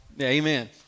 amen